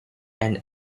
and